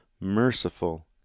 merciful